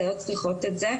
הסייעות צריכות את זה.